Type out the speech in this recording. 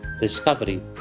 discovery